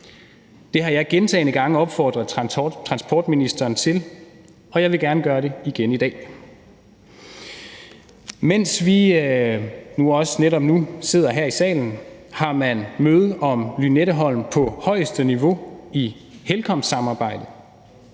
Det har jeg gentagne gange opfordret transportministeren til, og jeg vil gerne gøre det igen i dag. Mens vi også netop nu sidder her i salen, har man møde om Lynetteholm på højeste niveau i HELCOM-samarbejdet.